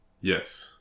Yes